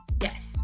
Yes